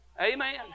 Amen